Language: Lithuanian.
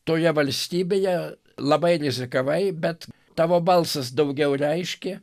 toje valstybėje labai rizikavai bet tavo balsas daugiau reiškė